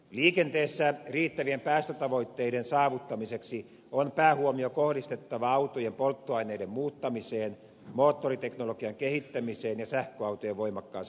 liikenteessä riittävien päästötavoitteiden saavuttamiseksi on päähuomio kohdistettava autojen polttoaineiden muuttamiseen moottoriteknologian kehittämiseen ja sähköautojen voimakkaaseen edistämiseen